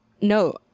No